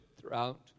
throughout